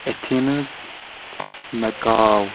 Athens Macau